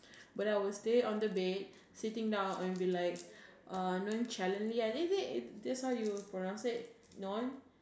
but I was stay on the bed sitting down and be like uh nonchalantly and is it this how you pronounce it no~